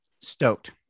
stoked